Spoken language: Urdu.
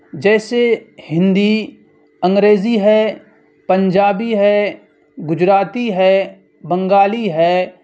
جیسے ہندی انگریزی ہے پنجابی ہے گجراتی ہے بنگالی ہے